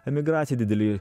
emigracija dideli